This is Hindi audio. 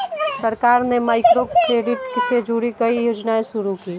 सरकार ने माइक्रोक्रेडिट से जुड़ी कई योजनाएं शुरू की